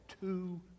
two